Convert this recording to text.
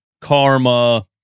karma